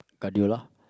cardio lah